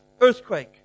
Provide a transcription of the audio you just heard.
earthquake